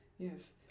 Yes